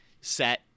set